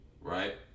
right